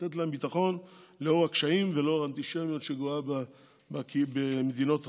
לתת להם ביטחון לנוכח הקשיים ולנוכח האנטישמיות שגואה במדינות רבות.